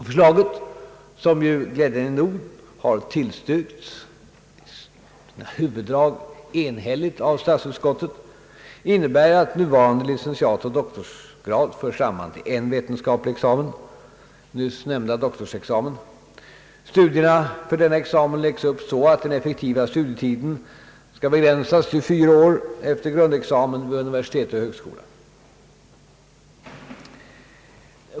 Förslaget, som glädjande nog i: sina huvuddrag enhälligt tillstyrkts av statsutskottet, innebär att nuvarande licentiatoch doktorsgrader förs samman till en vetenskaplig examen: doktorsexamen, Studierna för denna examen läggs upp så att den effektiva studietiden begränsas till fyra år efter grundexamen vid universitet eller högskola.